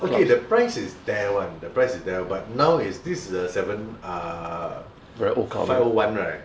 okay the price is there [one] the price is there [one] but now this is a seven uh five O one right